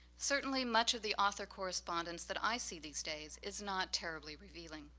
certainly, much of the author correspondence that i see these days is not terribly revealing.